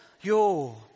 Yo